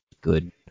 good